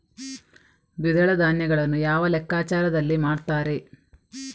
ದ್ವಿದಳ ಧಾನ್ಯಗಳನ್ನು ಯಾವ ಲೆಕ್ಕಾಚಾರದಲ್ಲಿ ಮಾರ್ತಾರೆ?